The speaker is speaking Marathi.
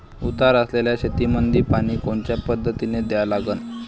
उतार असलेल्या शेतामंदी पानी कोनच्या पद्धतीने द्या लागन?